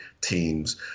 teams